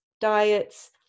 diets